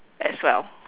as well